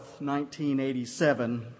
1987